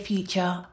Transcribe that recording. Future